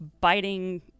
biting